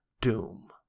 Doom